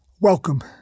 Welcome